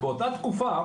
באותה תקופה